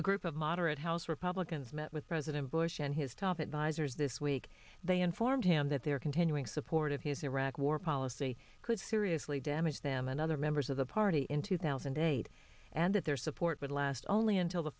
a group of moderate house republicans met with president bush and his top advisers this week they informed him that they are continuing so horded his iraq war policy could seriously damage them and other members of the party in two thousand and eight and that their support would last only until the